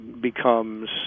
becomes